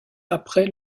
après